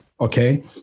okay